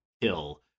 kill